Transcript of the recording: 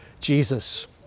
Jesus